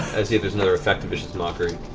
there's another effect of vicious mockery.